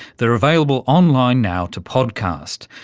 they're available online now to podcast.